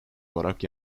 olarak